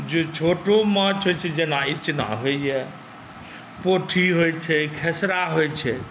जे छोटो माछ होइत छै जेना इचना होइए पोठी होइत छै खेसरा होइत छै